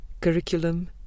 curriculum